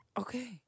Okay